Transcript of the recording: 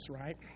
right